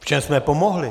V čem jsme pomohli?